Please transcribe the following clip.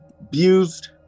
abused